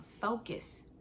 focus